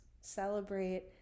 Celebrate